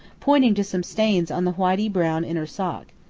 pointing to some stains on the whitey-brown inner sock.